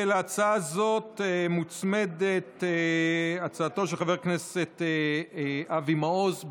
להצעה הזאת מוצמדת הצעתו של חבר הכנסת אבי מעוז.